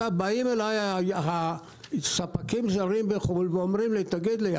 באים אליי ספקים זרים בחו"ל ואומרים לי: "תגיד לי,